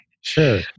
Sure